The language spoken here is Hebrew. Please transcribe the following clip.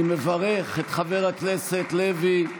אני מברך את חבר הכנסת לוי,